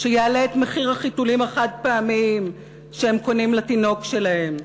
שיעלה את מחיר החיתולים החד-פעמיים שהם קונים לתינוק שלהם,